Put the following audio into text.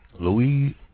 louis